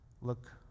look